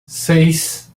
seis